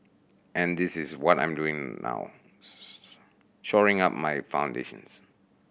and this is what I'm doing now shoring up my foundations